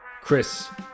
Chris